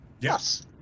Yes